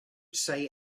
say